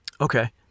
Okay